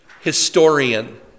historian